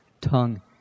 tongue